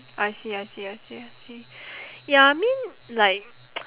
I see I see I see I see ya I mean like